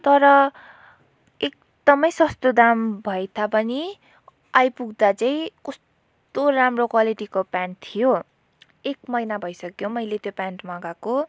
तर एकदमै सस्तो दाम भए तापनि आइपुग्दा चाहिँ कस्तो राम्रो क्वालिटीको प्यान्ट थियो एक महिना भइसक्यो मैले त्यो प्यान्ट मगाएको